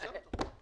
תשאל.